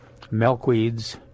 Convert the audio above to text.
milkweeds